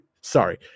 Sorry